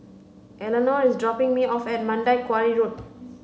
Elenor is dropping me off at Mandai Quarry Road